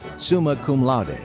summa cum laude. and